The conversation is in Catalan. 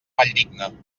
valldigna